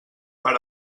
per